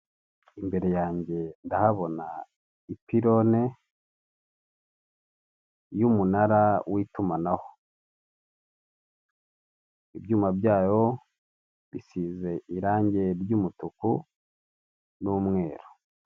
Imbere yanjye ndahabona ipirone yumunara w'itumanaho ibyuma byayo bisize irangi ry' umutuku n'umweru .